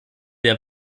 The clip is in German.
der